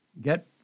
Get